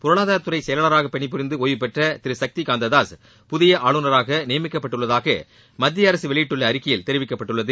பொருளாதாரத்துறை செயலாளராக பணிபுரிந்து ஒய்வுபெற்ற திரு சக்திகாந்ததாஸ் புதிய ஆளுநராக நியமிக்கப்பட்டுள்ளதாக மத்திய அரசு வெளியிட்டுள்ள அறிக்கையில் தெரிவிக்கப்பட்டுள்ளது